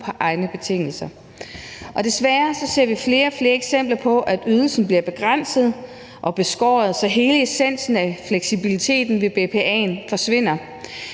på egne betingelser. Desværre ser vi som sagt flere og flere eksempler på, at ydelsen bliver begrænset og beskåret, så hele essensen af fleksibiliteten ved BPA'en forsvinder.